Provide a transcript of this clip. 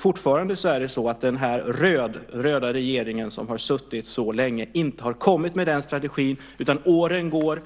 Fortfarande har den röda regeringen som har suttit så länge inte kommit med den strategin, utan det går